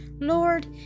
Lord